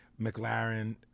McLaren